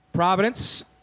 Providence